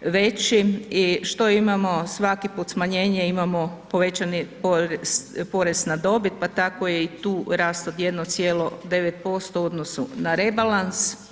veći i što imamo svaki put smanjenje, imamo povećani porez na dobit, pa tako je tu rast od 1,9% u odnosu na rebalans.